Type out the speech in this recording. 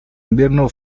invierno